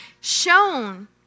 shown